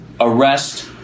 arrest